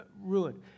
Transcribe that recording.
ruined